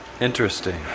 Interesting